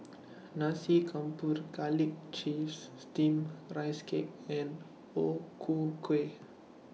Nasi Campur Garlic Chives Steamed Rice Cake and O Ku Kueh